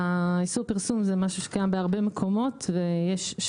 איסור פרסום זה משהו שקיים בהרבה מקומות ויכולים